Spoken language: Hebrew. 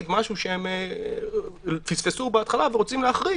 משהו שהם פספסו בהתחלה והם רוצים להחריג,